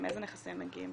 עם איזה נכסים הם מגיעים,